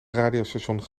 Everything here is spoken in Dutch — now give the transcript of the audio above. radiostation